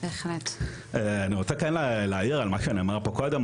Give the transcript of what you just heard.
אני רוצה כן להעיר על מה שנאמר כאן קודם,